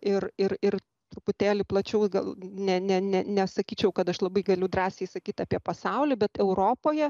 ir ir ir truputėlį plačiau gal ne ne ne nesakyčiau kad aš labai galiu drąsiai sakyt apie pasaulį bet europoje